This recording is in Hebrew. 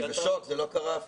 אני בשוק, זה לא קרה אף פעם.